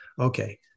okay